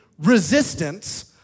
resistance